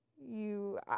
you-